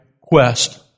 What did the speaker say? Quest